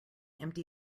empty